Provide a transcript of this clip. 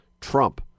Trump